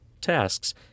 tasks